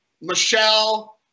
Michelle